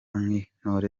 nk’intore